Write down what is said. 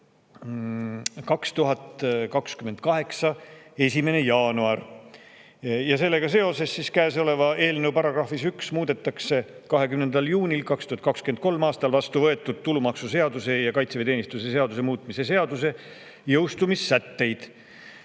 Sellega seoses käesoleva eelnõu §-s 1 muudetakse 20. juunil 2023. aastal vastu võetud tulumaksuseaduse ja kaitseväeteenistuse seaduse muutmise seaduse jõustumissätteid.